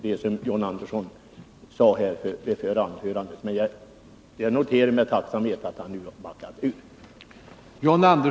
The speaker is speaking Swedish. Men jag noterar som sagt med tacksamhet att John Andersson nu har backat.